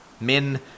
Men